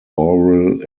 oral